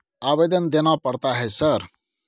आवेदन देना पड़ता है सर?